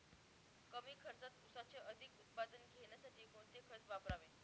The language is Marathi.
कमी खर्चात ऊसाचे अधिक उत्पादन घेण्यासाठी कोणते खत वापरावे?